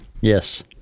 Yes